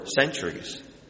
centuries